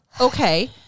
okay